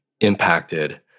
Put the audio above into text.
impacted